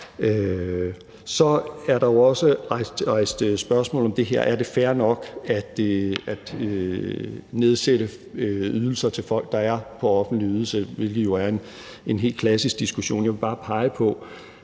Så er der jo også rejst spørgsmål om det her med, om det er fair nok at nedsætte ydelser til folk, der er på offentlig ydelse, hvilket er en helt klassisk diskussion. Jeg vil bare pege på,